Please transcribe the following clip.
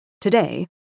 Today